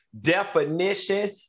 definition